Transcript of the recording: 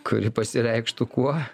kuri pasireikštų kuo